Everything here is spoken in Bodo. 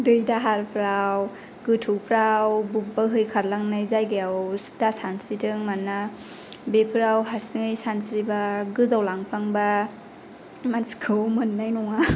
दै दाहारफ्राव गोथौफ्राव बोहैखारलांनाय जायगाफ्राव दा सानस्रिथों मानोना बेफोराव हारसिङै सानस्रिबा गोजावलांफ्लांबा मानसिखौ मोननाय नङा